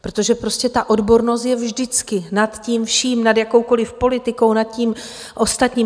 Protože prostě odbornost je vždycky nad vším, nad jakoukoli politikou, nad tím ostatním.